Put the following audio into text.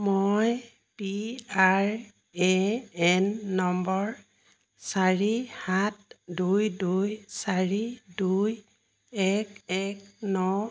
মই P R A N নম্বৰ চাৰি সাত দুই দুই চাৰি দুই এক এক ন